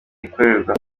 ikorerwa